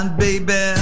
baby